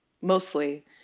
mostly